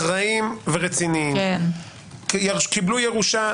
אחראים ורציניים שקיבלו ירושה,